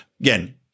again